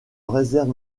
réserve